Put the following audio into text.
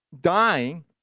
dying